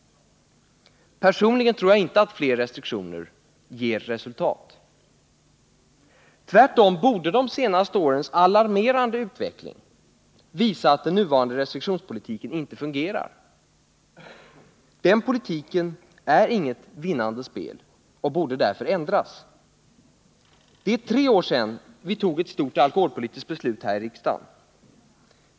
Personligen tror jag inte att fler restriktioner ger resultat. Tvärtom borde de senaste årens alarmerande utveckling visa att den nuvarande restriktionspolitiken inte fungerar. Den politiken är inget ”vinnande spel” och borde därför ändras. Det är tre år sedan vi fattade ett stort alkoholpolitiskt beslut här i riksdagen.